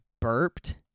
burped